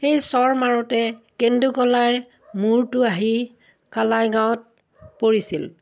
সেই চৰ মাৰোতে কেন্দুকলাইৰ মূৰটো আহি কালাইগাঁৱত পৰিছিল